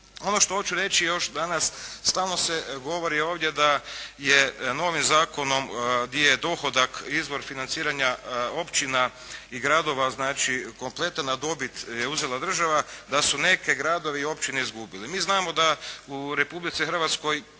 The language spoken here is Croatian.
Ono što hoću reći još danas, stalno se govori ovdje da je novim zakonom di je dohodak izvor financiranja općina i gradova znači kompletna dobit je uzela država, da su neke gradovi i općine izgubili. Mi znamo da u Republici Hrvatskoj